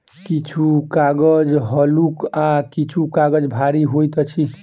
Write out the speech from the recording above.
किछु कागज हल्लुक आ किछु काजग भारी होइत अछि